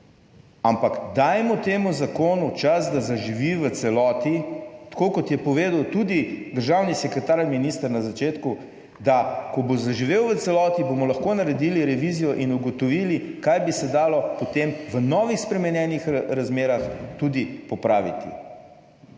ampak dajmo temu zakonu čas, da zaživi v celoti, tako kot je povedal tudi državni sekretar, minister na začetku, da ko bo zaživel v celoti, bomo lahko naredili revizijo in ugotovili, kaj bi se dalo potem v novih spremenjenih razmerah tudi popraviti.